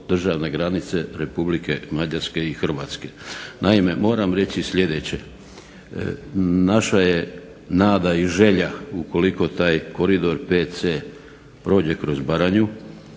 državne granice RH i Mađarske. Naime, moram reći sljedeće, naša je nada i želja ukoliko taj koridor 5C prođe kroz Baranju.